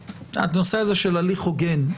הנושא הזה של הליך הוגן,